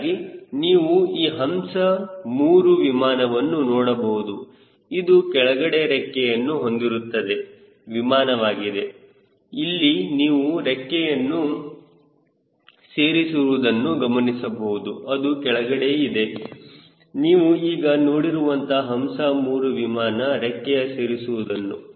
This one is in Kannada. ಹೀಗಾಗಿ ನೀವು ಈ ಹಂಸ 3 ವಿಮಾನವನ್ನು ನೋಡಬಹುದು ಇದು ಕೆಳಗಡೆ ರೆಕ್ಕೆಯನ್ನು ಹೊಂದಿರುವಂತಹ ವಿಮಾನವಾಗಿದೆ ಇಲ್ಲಿ ನೀವು ರೆಕ್ಕೆಯನ್ನು ಸೇರಿಸಿರುವುದನ್ನು ಗಮನಿಸಬಹುದು ಅದು ಕೆಳಗಡೆ ಆಗಿದೆ ನೀವು ಈಗ ನೋಡುತ್ತಿರುವುದು ಹಂಸ 3 ವಿಮಾನ ರೆಕ್ಕೆಯ ಸೇರಿಸುವುದನ್ನು